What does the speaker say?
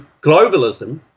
Globalism